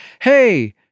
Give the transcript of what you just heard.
hey